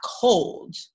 cold